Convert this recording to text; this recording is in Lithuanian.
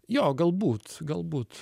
jo galbūt galbūt